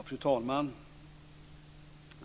Fru talman!